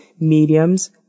mediums